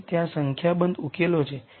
તેથી ત્યાં સંખ્યાબંધ ઉકેલો છે